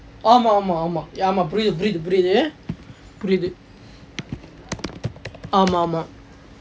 ஆமாம் ஆமாம் ஆமாம் ஆமாம் புரியது புரியது புரியது:aamaam aamaam aamaam aamaam puriythu puriythu puriythu pretty good ஆமாம் ஆமாம்::aamaam aamaam